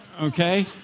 okay